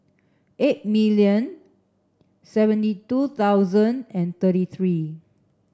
eight million seventy two thousand and thirty three